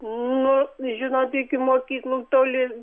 nu žinot iki mokyklų toli